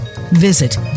Visit